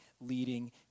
leading